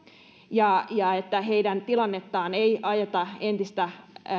ja ja että heidän tilannettaan ei ajeta entistä